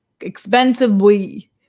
Expensively